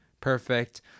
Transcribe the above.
perfect